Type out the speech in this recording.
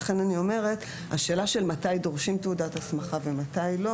לכן, בשאלה של מתי דורשים תעודת הסמכה ומתי לא